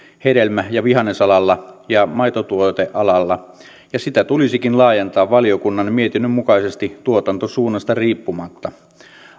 hedelmä ja vihannesalalla ja maitotuotealalla ja sitä tulisikin laajentaa valiokunnan mietinnön mukaisesti tuotantosuunnasta riippumatta